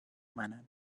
منن